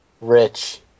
Rich